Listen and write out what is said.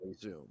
Zoom